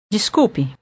Desculpe